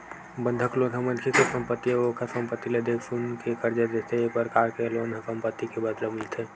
बंधक लोन ह मनखे के संपत्ति अउ ओखर संपत्ति ल देख सुनके करजा देथे ए परकार के लोन ह संपत्ति के बदला मिलथे